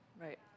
Right